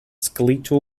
skeletal